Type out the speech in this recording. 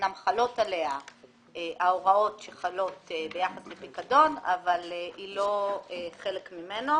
אמנם חלות עליה ההוראות שחלות ביחס לפיקדון אבל היא לא חלק ממנו.